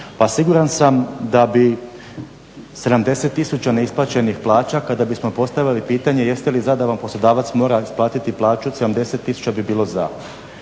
siguran sam da bi 70 tisuća neisplaćenih plaća kada bismo postavili pitanje jeste li za da vam poslodavac mora isplatiti plaću 70 tisuća bi bilo za.